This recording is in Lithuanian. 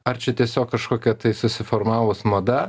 ar čia tiesiog kažkokia tai susiformavus mada